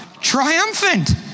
Triumphant